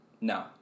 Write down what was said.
No